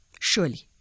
surely